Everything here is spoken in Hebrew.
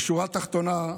בשורה התחתונה,